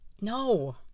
no